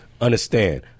understand